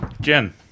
Jen